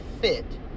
fit